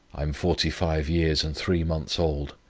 i am forty-five years and three months old.